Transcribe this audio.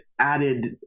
added